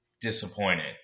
disappointed